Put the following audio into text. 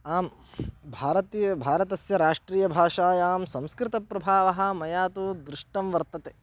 आम् भारतीयं भारतस्य राष्ट्रीयभाषायां संस्कृतप्रभावः मया तु दृष्टं वर्तते